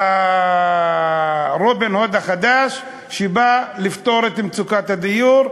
אני רובין הוד החדש שבא לפתור את מצוקת הדיור,